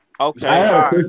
Okay